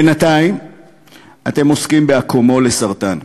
בינתיים אתם עוסקים באקמול לסרטן.